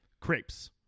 crepes